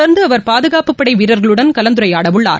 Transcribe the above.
தொடர்ந்து அவர் பாதுகாப்பு படை வீரர்களுடன் கலந்தரையாட உள்ளார்